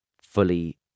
fully